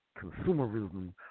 Consumerism